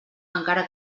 encara